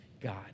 God